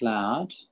Cloud